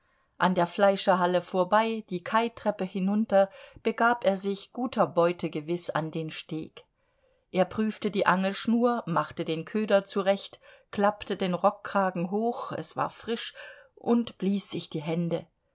an der fleischerhalle vorbei die kaitreppe hinunter begab er sich guter beute gewiß an den steg er prüfte die angelschnur machte den köder zurecht klappte den rockkragen hoch es war frisch und blies sich die hände